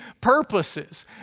purposes